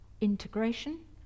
integration